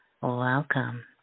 welcome